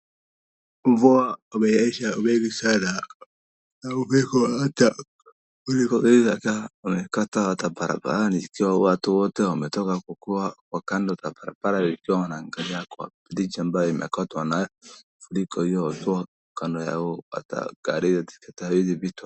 Mvua umenyesha mingi sana, na umekata hata barabarani zikiwa watu wote wametoka wako kando za barabara zikiwa wanaangalia kwa ditch ilichokatwa nayo na mafuriko hiyo kado wao hata magari zikapita.